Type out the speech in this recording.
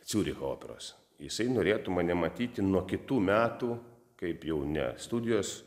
ciuricho operos jisai norėtų mane matyti nuo kitų metų kaip jau ne studijos